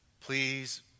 Please